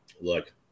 Look